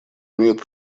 имеют